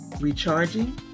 recharging